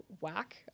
whack